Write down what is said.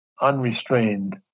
unrestrained